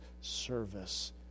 service